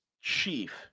chief